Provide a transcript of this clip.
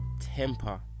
temper